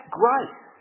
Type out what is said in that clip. grace